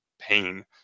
pain